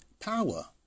power